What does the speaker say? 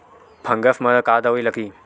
Fungus म का दवाई लगी?